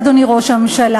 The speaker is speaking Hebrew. אדוני ראש הממשלה?